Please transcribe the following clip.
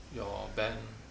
your band